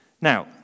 Now